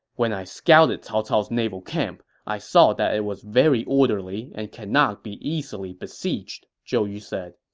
when i scouted cao cao's naval camp, i saw that it was very orderly and cannot be easily besieged, zhou yu said.